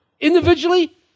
individually